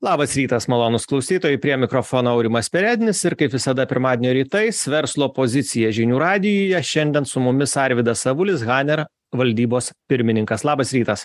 labas rytas malonūs klausytojai prie mikrofono aurimas perednis ir kaip visada pirmadienio rytais verslo pozicija žinių radijuje šiandien su mumis arvydas avulis hanera valdybos pirmininkas labas rytas